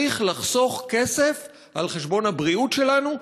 לא צריך לחסוך כסף על חשבון הבריאות שלנו,